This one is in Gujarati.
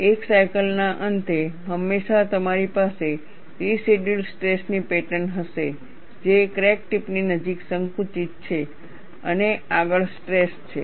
એક સાયકલના અંતે હંમેશા તમારી પાસે રેસિડયૂઅલ સ્ટ્રેસ ની પેટર્ન હશે જે ક્રેક ટીપની નજીક સંકુચિત છે અને આગળ સ્ટ્રેસ છે